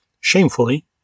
shamefully